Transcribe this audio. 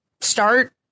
start